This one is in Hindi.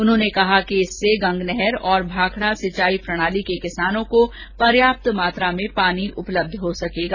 उन्होंने कहा कि इससे गंगनहर और भाखड़ा सिंचाई प्रणाली के किसानों को पर्याप्त मात्रा में पानी उपलब्ध हो सकेगा